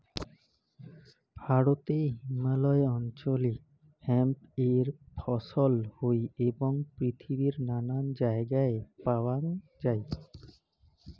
ভারতে হিমালয় অঞ্চলে হেম্প এর ফছল হই এবং পৃথিবীর নানান জায়গায় প্যাওয়াঙ যাই